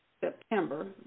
September